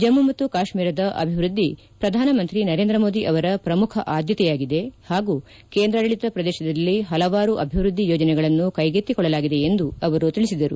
ಜಮ್ನು ಮತ್ತು ಕಾಶ್ಮೀರದ ಅಭಿವೃದ್ದಿ ಪ್ರಧಾನಮಂತ್ರಿ ನರೇಂದ್ರ ಮೋದಿ ಅವರ ಪ್ರಮುಖ ಆದ್ದತೆಯಾಗಿದೆ ಹಾಗೂ ಕೇಂದ್ರಾಡಳಿತ ಪ್ರದೇಶದಲ್ಲಿ ಹಲವಾರು ಅಭಿವೃದ್ದಿ ಯೋಜನೆಗಳನ್ನು ಕೈಗೆತ್ತಿಕೊಳ್ಳಲಾಗಿದೆ ಎಂದು ಅವರು ತಿಳಿಸಿದರು